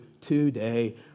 today